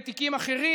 בתיקים אחרים,